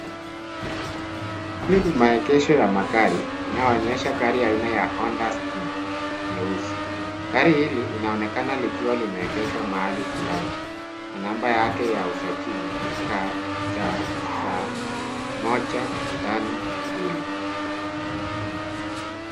Hili ni magesho ya magari inayoonyesha gari aina ya Honda Stream nyeusi. Gari hili linaonekana likiwa limeegeshwa mahali fulani na namba yake ya usajili ni KCS 152.